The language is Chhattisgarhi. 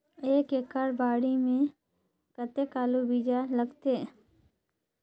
एक एकड़ बाड़ी मे कतेक आलू बीजा लगथे?